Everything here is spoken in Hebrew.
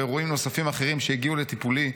ואירועים נוספים אחרים שהגיעו לטיפולי,